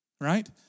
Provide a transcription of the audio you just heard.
right